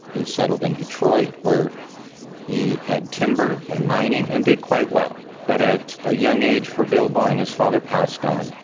he settled in detroit where he had timber and mining and did quite well. but at a young age for bill boeing his father passed on,